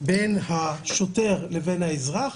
בין השוטר לבין האזרח,